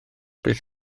beth